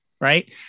Right